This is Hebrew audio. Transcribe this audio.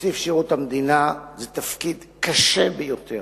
נציב שירות המדינה זה תפקיד קשה ביותר,